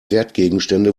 wertgegenstände